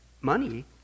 money